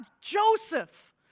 Joseph